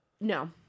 No